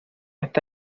está